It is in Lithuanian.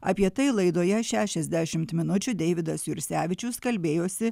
apie tai laidoje šešiasdešimt minučių deividas jursevičius kalbėjosi